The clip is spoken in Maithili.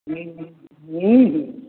हुँ हुँ